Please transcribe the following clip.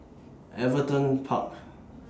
Everton Park